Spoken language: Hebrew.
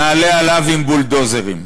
נעלה עליו עם בולדוזרים,